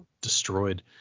destroyed